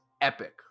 epic